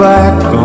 back